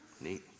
Neat